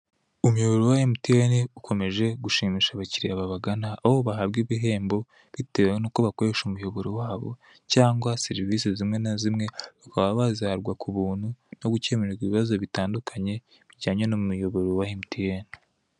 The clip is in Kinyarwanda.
Umuyoboro wa emutiyene ukomeje gushimisha abakiliya babagana, aho bahabwa ibihembo bitewe nuko bakoresha umuyorobo wabo cyangwa serivise zimwe na zimwe bakaba bazihabwa ku buntu nko gukemurirwa ibibazo bitandukanye bijyanye n'umuyoboro wa emutiyene.